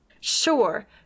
Sure